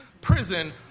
prison